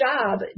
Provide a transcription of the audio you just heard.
job